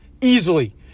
easily